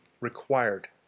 required